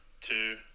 Two